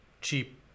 cheap